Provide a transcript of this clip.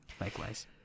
Likewise